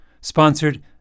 sponsored